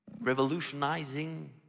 revolutionizing